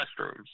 restrooms